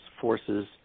forces